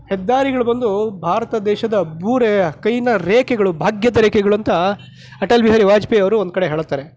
ಹೆದ್ದಾರಿಗಳು ಬಂದು ಭಾರತ ದೇಶದ ಭೂರೆ ಕೈನ ರೇಖೆಗಳು ಭಾಗ್ಯದ ರೇಖೆಗಳು ಅಂತ ಅಟಲ್ ಬಿಹಾರಿ ವಾಜಪೇಯಿ ಅವರು ಒಂದು ಕಡೆ ಹೇಳ್ತಾರೆ